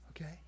Okay